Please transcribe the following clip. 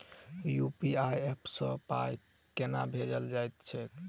UPI app सँ पाई केना भेजल जाइत छैक?